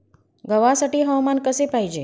गव्हासाठी हवामान कसे पाहिजे?